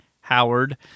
Howard